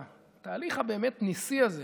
את התהליך הבאמת-ניסי הזה